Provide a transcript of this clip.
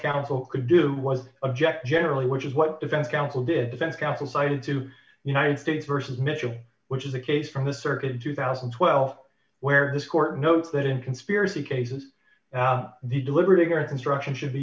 counsel could do was object generally which is what defense counsel did defense counsel cited two united states versus mitchell which is the case from the circuit in two thousand and twelve where his court notes that in conspiracy cases the deliberate ignorance instruction should be